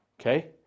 Okay